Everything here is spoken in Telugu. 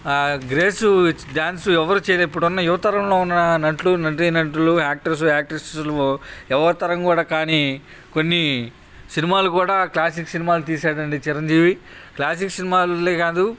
గ్రేస్సు డ్యాన్స్ ఎవరు చేయరు ఇప్పుడున్న యువతరంలో ఉన్న నటులు నటీనటులు యాక్టర్సు యాక్ట్రసులు ఎవరి తరం కూడా కానీ కొన్నీ సినిమాలు కూడా క్లాసిక్ సినిమాలు తీశారండి చిరంజీవి క్లాసిక్ సినిమాలే కాదు